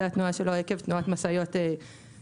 התנועה שלו עקב תנועת משאיות גבוהה,